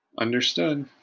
Understood